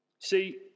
See